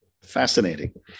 Fascinating